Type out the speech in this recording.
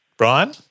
Brian